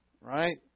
Right